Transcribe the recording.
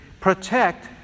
Protect